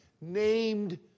named